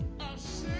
us